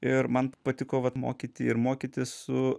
ir man patiko vat mokyti ir mokytis su